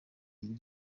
iri